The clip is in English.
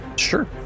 Sure